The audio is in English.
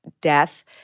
death